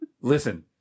Listen